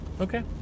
Okay